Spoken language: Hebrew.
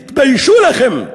תתביישו לכם.